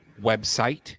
website